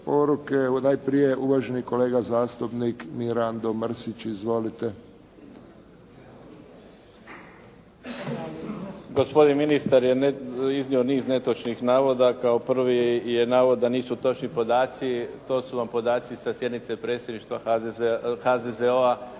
poruke. Najprije uvaženi kolega zastupnik Mirando Mrsić. Izvolite. **Mrsić, Mirando (SDP)** Gospodin ministar je iznio niz netočnih navoda. Kao prvi je navod da nisu točni podaci. To su vam podaci sa sjednice predsjedništva HZZO-a